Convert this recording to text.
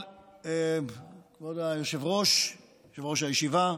כבוד יושב-ראש הישיבה,